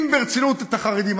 החרדים,